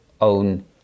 own